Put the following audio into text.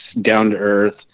down-to-earth